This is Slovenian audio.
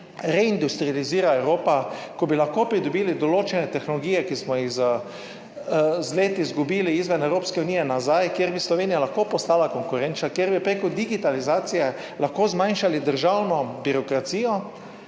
reindustrializira Evropa, ko bi lahko pridobili določene tehnologije, ki smo jih z leti izgubili izven Evropske unije nazaj, kjer bi Slovenija lahko postala konkurenčna, kjer bi preko digitalizacije lahko zmanjšali državno birokracijo,